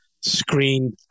screen